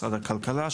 משרד הכלכלה,